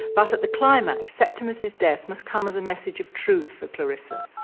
but at the climax, septimus's death must come as a message of truth for clarissa.